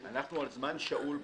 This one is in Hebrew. אנחנו על זמן שאול בכנסת,